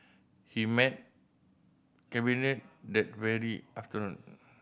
he met Cabinet that very afternoon